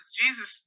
jesus